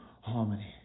harmony